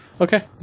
Okay